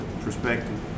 perspective